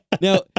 Now